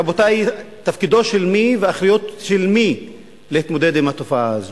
רבותי: תפקידו של מי ואחריות של מי להתמודד עם התופעה הזו?